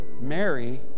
Mary